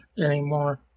anymore